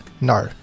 No